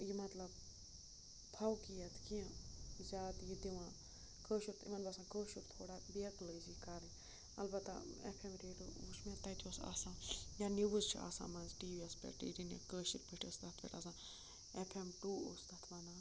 یہِ مطلب فوقیت کیٚنٛہہ زیادٕ یہِ دِوان کٲشُر تہٕ یِمَن باسان کٲشُر تھوڑا بیکلٲزی کَرٕنۍ البتہ اٮ۪ف اٮ۪م ریڈیو وٕچھ مےٚ تَتہِ اوس آسان یا نِوٕز چھِ آسان منٛزٕ ٹی وی یَس پٮ۪ٹھ کٲشِر پٲٹھۍ ٲسۍ تتھ پٮ۪ٹھ آسان اٮ۪ف اٮ۪م ٹوٗ اوس تَتھ وَنان